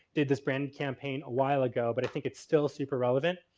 did this brand campaign a while ago, but i think it's still super relevant.